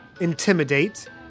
intimidate